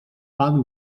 pan